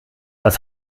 was